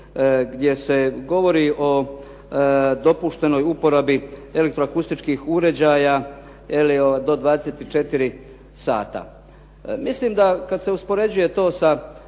gdje se govori o dopuštenoj uporabi elektro-akustičkih uređaja do 24 sata. Mislim da kad se uspoređuje to sa